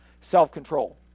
self-control